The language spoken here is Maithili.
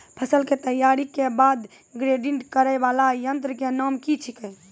फसल के तैयारी के बाद ग्रेडिंग करै वाला यंत्र के नाम की छेकै?